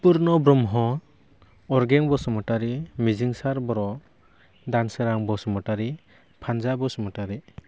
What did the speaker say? फुरन' ब्रह्म अरगें बसुमतारी मिजिंसार बर' दानसोरां बसुमतारी फान्जा बसुमतारी